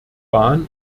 bahn